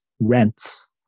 rents